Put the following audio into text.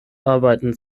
arbeiten